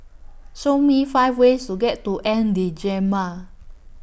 Show Me five ways to get to N'Djamena